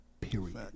Period